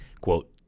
quote